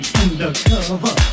undercover